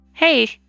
Hey